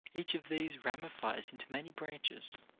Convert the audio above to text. each of these ramifies into many branches